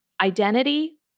identity